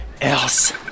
else